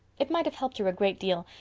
it might have helped her a great deal.